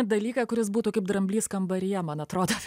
dalyką kuris būtų kaip dramblys kambaryje man atrodo